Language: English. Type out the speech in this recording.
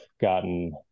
gotten